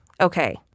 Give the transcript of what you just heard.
Okay